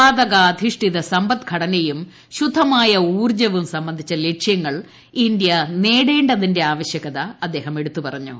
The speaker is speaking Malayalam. വാതകാധിഷ്ഠിത സമ്പദ്ഘടനയും ശുദ്ധമായ ഊർജ്ജവും സംബന്ധിച്ച ലക്ഷ്യങ്ങൾ ഇന്ത്യ നേടേണ്ടതിന്റെ ആവശ്യകത അദ്ദേഹം എടുത്തു പറഞ്ഞു